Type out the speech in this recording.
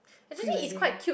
pre wedding